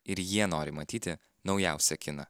ir jie nori matyti naujausią kiną